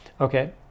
okay